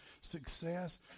success